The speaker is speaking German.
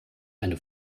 eine